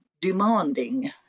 demanding